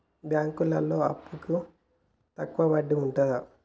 బ్యాంకులలో అప్పుకు తక్కువ వడ్డీ ఉంటదా?